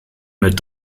mit